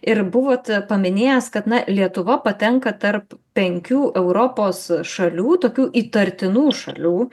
ir buvot paminėjęs kad na lietuva patenka tarp penkių europos šalių tokių įtartinų šalių